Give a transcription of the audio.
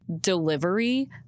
delivery